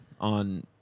on